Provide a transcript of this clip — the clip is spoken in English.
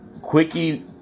Quickie